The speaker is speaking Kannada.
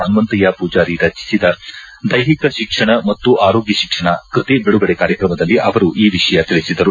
ಹನುಮಂತಯ್ಕ ಪೂಜಾರಿ ರಚಿಸಿದ ದೈಹಿಕ ಶಿಕ್ಷಣ ಮತ್ತು ಆರೋಗ್ಯ ಶಿಕ್ಷಣ ಕೃತಿ ಬಿಡುಗಡೆ ಕಾರ್ಯಕ್ರಮದಲ್ಲಿ ಅವರು ಈ ವಿಷಯ ತಿಳಿಸಿದರು